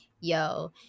Yo